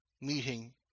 meeting